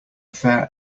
fair